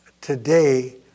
today